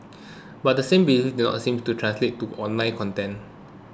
but the same belief did not seem to translate to online content